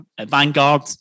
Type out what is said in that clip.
Vanguard